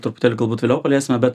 truputėlį galbūt vėliau paliesime bet